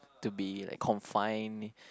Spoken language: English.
to be like confined